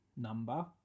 number